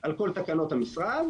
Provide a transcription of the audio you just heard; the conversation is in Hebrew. על כל תכניות המשרד,